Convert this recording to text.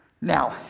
Now